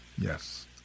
yes